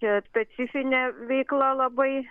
ir specifinė veikla labai